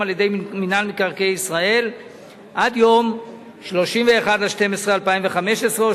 על-ידי מינהל מקרקעי ישראל עד יום 31 בדצמבר 2015,